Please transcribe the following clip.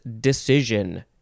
decision